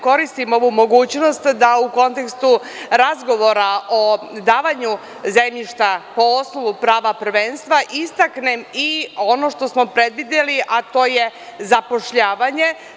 Koristim ovu mogućnost da u kontekstu razgovora o davanju zemljišta po osnovu prava prvenstva istaknem i ono što smo predvideli, a to je zapošljavanje.